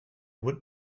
what